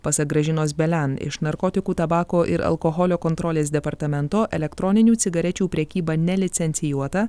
pasak gražinos belen iš narkotikų tabako ir alkoholio kontrolės departamento elektroninių cigarečių prekyba nelicencijuota